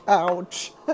ouch